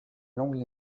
longue